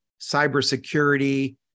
cybersecurity